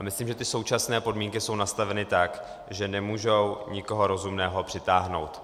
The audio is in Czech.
Myslím, že současné podmínky jsou nastaveny tak, že nemůžou nikoho rozumného přitáhnout.